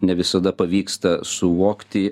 ne visada pavyksta suvokti